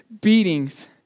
beatings